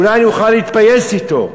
אולי אוכל להתפייס אתו.